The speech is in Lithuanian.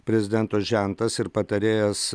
prezidento žentas ir patarėjas